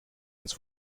ins